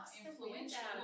influential